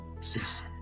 Sis